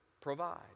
provide